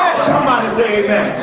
somebody say